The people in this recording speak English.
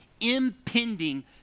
impending